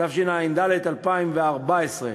התשע"ד 2014,